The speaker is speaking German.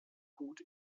gut